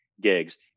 gigs